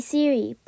Siri